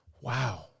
Wow